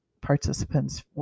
participants